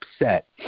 upset